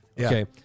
okay